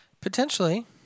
Potentially